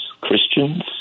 Christians